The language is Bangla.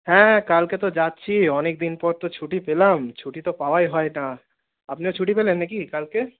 হ্যাঁ কালকে তো যাচ্ছি অনেকদিন পর তো ছুটি পেলাম ছুটি তো পাওয়াই হয় না আপনিও ছুটি পেলেন নাকি কালকে